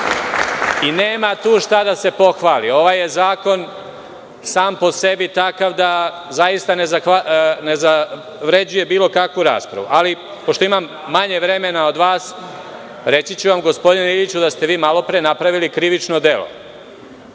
Nema tu šta da se pohvali. Ovaj je zakon sam po sebi takav da zaista ne zavređuje bilo kakvu raspravu. Ali, pošto imam manje vremena od vas, reći ću vam, gospodine Iliću, da ste vi malo pre napravili krivično delo,